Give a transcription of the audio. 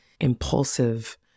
impulsive